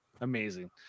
amazing